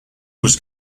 was